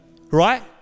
Right